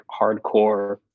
hardcore